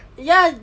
ya